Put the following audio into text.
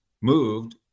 moved